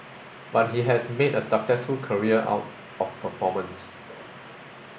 but he has made a successful career out of performance